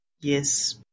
Yes